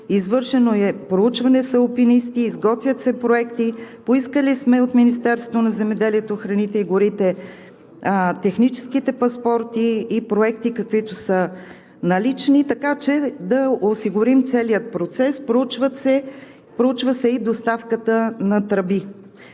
извършено е проучване с алпинисти, изготвят се проекти, поискали сме от Министерството на земеделието, храните и горите техническите паспорти и проекти, каквито са налични, така че да осигурим целия процес. Проучва се и доставката на тръби.